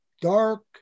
dark